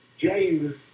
James